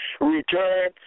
Return